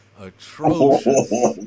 atrocious